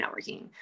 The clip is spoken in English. Networking